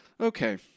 Okay